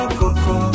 coco